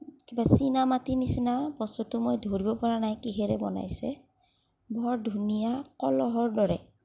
কিবা চীনামাটিৰ নিচিনা বস্তুটো মই ধৰিব পৰা নাই কিহেৰে বনাইছে বৰ ধুনীয়া কলহৰ দৰে